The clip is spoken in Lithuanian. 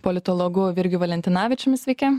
politologu virgiu valentinavičiumi sveiki